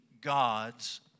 God's